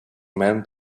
men